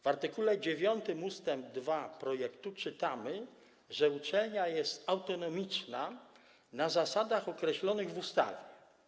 W art. 9 ust. 2 projektu czytamy, że uczelnia jest autonomiczna na zasadach określonych w ustawie.